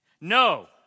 No